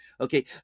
Okay